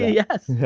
yes.